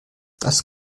das